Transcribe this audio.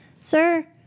sir